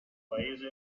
paese